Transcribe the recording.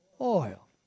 oil